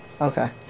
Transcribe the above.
Okay